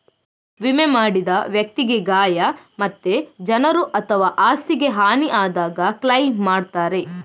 ವಿಮೆ ಮಾಡಿದ ವ್ಯಕ್ತಿಗೆ ಗಾಯ ಮತ್ತೆ ಜನರು ಅಥವಾ ಆಸ್ತಿಗೆ ಹಾನಿ ಆದಾಗ ಕ್ಲೈಮ್ ಮಾಡ್ತಾರೆ